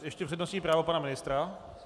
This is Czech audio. Ještě přednostní právo pana ministra.